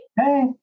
Hey